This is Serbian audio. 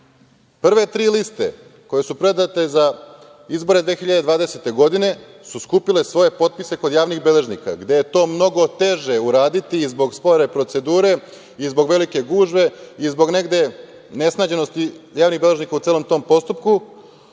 Prve tri liste koje su predate za izbore 2020. godine, su skupile svoje potpise kod javnih beležnika, gde je to mnogo teže uraditi zbog spore procedure i zbog velike gužve i zbog negde nesnađenosti javnih beležnika u celom tom postupku,